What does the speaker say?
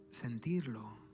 Sentirlo